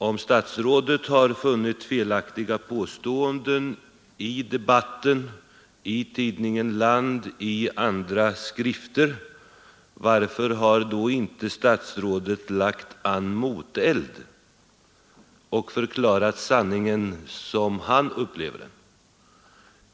Om statsrådet funnit felaktiga påståenden i debatten, i tidningen Land eller i andra skrifter, varför har då inte statsrådet lagt an moteld och förklarat sanningen som han upplever den?